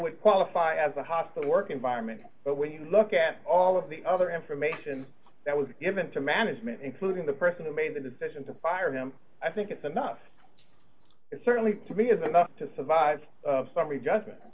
would qualify as a hostile work environment but when you look at all of the other information that was given to management including the person who made the decision to fire him i think it's enough certainly to be is enough to survive summary judgment